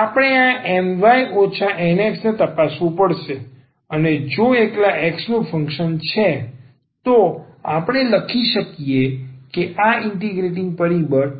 આપણે આ My Nxને તપાસવું પડશે અને જો આ એકલા x નું ફંક્શન છે તો આપણે લખી શકીએ કે આ ઇન્ટિગ્રેટિંગ પરિબળ